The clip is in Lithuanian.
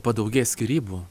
padaugės skyrybų